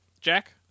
Jack